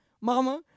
Mama